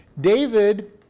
David